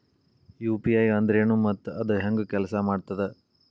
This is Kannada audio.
ಯು.ಪಿ.ಐ ಅಂದ್ರೆನು ಮತ್ತ ಅದ ಹೆಂಗ ಕೆಲ್ಸ ಮಾಡ್ತದ